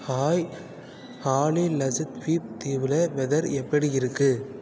hi ஆலி லக்ஷத்வீப் தீவில் weather எப்படி இருக்குது